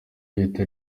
leta